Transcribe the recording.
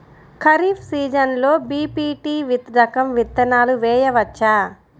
ఖరీఫ్ సీజన్లో బి.పీ.టీ రకం విత్తనాలు వేయవచ్చా?